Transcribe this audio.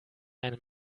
einem